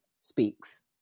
speaks